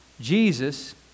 Jesus